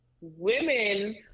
women